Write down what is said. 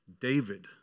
David